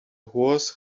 horse